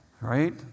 Right